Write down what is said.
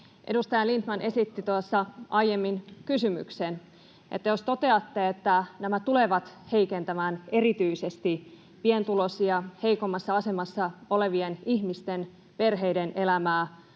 Edustaja Lindtman esitti tuossa aiemmin kysymyksen, että jos nämä tulevat heikentämään erityisesti pienituloisten, heikoimmassa asemassa olevien ihmisten ja perheiden elämää,